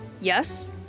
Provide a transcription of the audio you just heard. Yes